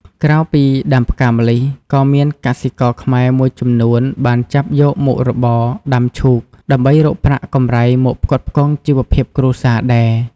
ក្រៅពីដាំផ្កាម្លិះ ក៏មានកសិករខ្មែរមួយចំនួនបានចាប់យកមុខរបរដាំឈូក ដើម្បីរកប្រាក់កម្រៃមកផ្គត់ផ្គង់ជីវភាពគ្រួសារដែរ ។